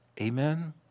Amen